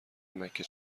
مکه